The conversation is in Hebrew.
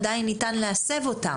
עדיין ניתן להסב אותם.